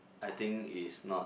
I think is not